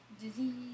dizzy